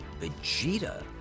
Vegeta